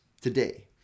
today